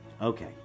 Okay